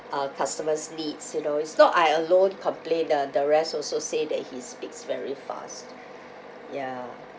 ah customers' needs you know it's not I alone complained uh the rest also say that he speaks very fast ya